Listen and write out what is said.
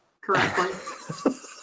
correctly